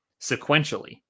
sequentially